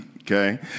okay